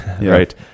right